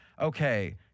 Okay